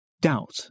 doubt